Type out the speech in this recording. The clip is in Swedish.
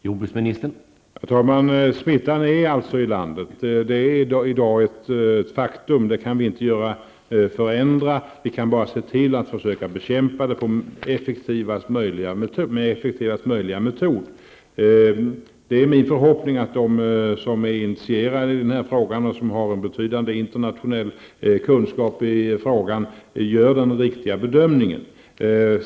Herr talman! Smittan finns alltså i landet. Det är ett faktum i dag. Det kan vi inte förändra. Vi kan bara se till att försöka bekämpa den med effektivast möjliga metod. Det är min förhoppning att de som är initierade i denna fråga och som har en betydande internationell kunskap i frågan gör den riktiga bedömningen.